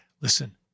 listen